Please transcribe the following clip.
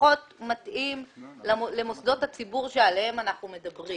פחות מתאים למוסדות הציבור עליהם אנחנו מדברים?